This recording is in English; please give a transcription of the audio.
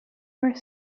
were